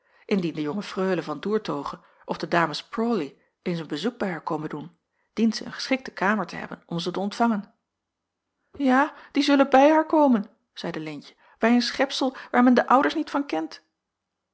indien de jonge freule van doertoghe of de dames prawley eens een bezoek bij haar komen doen dient zij een geschikte kamer te hebben om ze te ontvangen ja die zullen bij haar komen zeide leentje bij een schepsel waar men de ouders niet van kent